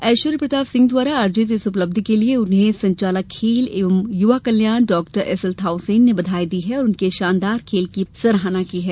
एश्वर्य प्रताप सिंह द्वारा अर्जित इस उपलब्धि के लिए उन्हें संचालक खेल और युवा कल्याण डॉ एसएल थाउसेन ने बधाई दी है और उनके शानदार प्रदर्शन की सराहना की है